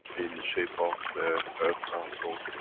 in the shape of the earth council,